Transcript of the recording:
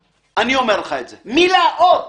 אני אומר לך את זה, מילה, אות,